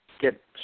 get